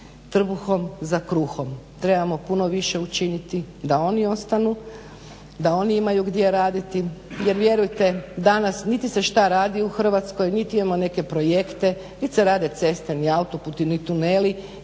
trbuhom za kruhom. Trebamo puno više učiniti da oni ostanu, da oni imaju gdje raditi jer vjerujte danas niti se šta radi u Hrvatskoj, niti imamo neke projekte, niti se rade ceste, ni autoputi, ni tuneli